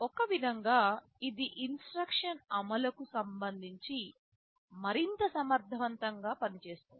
ఒక విధంగా ఇది ఇన్స్ట్రక్షన్స్ అమలుకు సంబంధించి మరింత సమర్థవంతంగా పనిచేస్తుంది